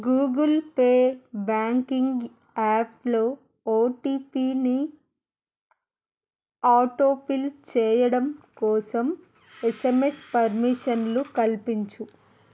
Google Pay banking యాప్లో ఓటీపీని autofill చేయడం కోసం ఎస్ఎంఎస్ పర్మిషన్లు కల్పించు